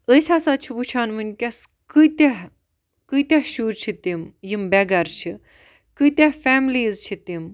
أسۍ ہَسا چھِ وٕچھان وٕنکیٚس کیٖتیاہ کیٖتیاہ شُرۍ چھِ تِم یِم بےٚ گر چھِ کیٖتیاہ فیملیٖز چھِ تِم